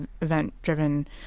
event-driven